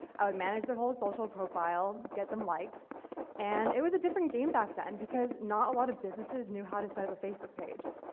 i would manage their whole social profile, get them likes and it was a different game back then, because not a lot of businesses knew how to set up a facebook page.